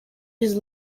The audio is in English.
his